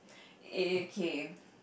okay